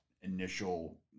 initial